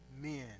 men